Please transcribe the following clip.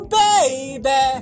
baby